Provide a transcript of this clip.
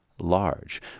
Large